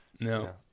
no